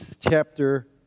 chapter